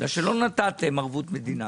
בגלל שלא נתתם ערבות מדינה